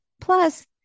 Plus